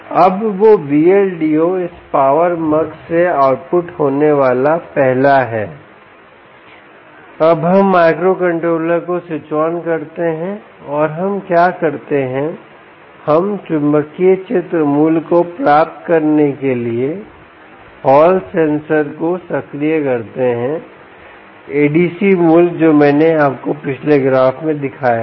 अब वो Vldo इस पावर मक्स से आउटपुट होने वाला पहला है अब हम माइक्रोकंट्रोलर को स्विच ऑन करते हैं और हम क्या करते हैं हम चुंबकीय क्षेत्र मूल्य को प्राप्त करने के लिए हॉल सेंसर को सक्रिय करते हैं ADC मूल्य जो मैंने आपको पिछले ग्राफ़ में दिखाया था